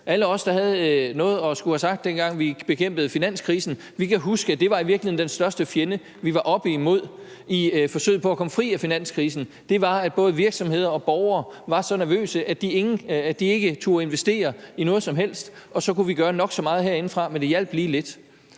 Alle os, der havde noget at skulle have sagt, dengang vi bekæmpede finanskrisen, kan huske, at den største fjende, vi i virkeligheden var oppe imod i forsøget på at komme fri af finanskrisen, var, at både virksomheder og borgere var så nervøse, at de ikke turde investere i noget som helst. Så kunne vi gøre nok så meget herindefra, men det hjalp lige lidt.